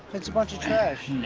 it's a bunch of trash.